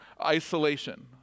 isolation